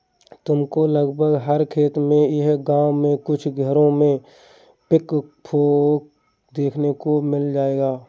तुमको लगभग हर खेत में या गाँव के कुछ घरों में पिचफोर्क देखने को मिल जाएगा